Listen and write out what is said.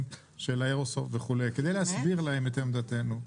של האיירוספט וכו' כדי להסביר לנו את עמדתנו.